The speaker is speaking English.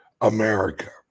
America